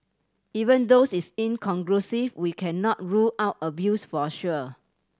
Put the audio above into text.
even though it's inconclusive we cannot rule out abuse for a sure